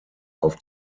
auf